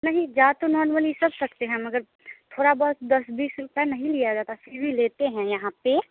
नहीं जा तो नोर्मली सब सकते हैं मगर थोड़ा बहुत दस बीस रुपये नहीं लिया जाता फिर भी लेते हैं यहाँ पर